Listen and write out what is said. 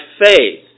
faith